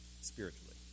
spiritually